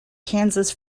kansas